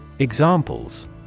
Examples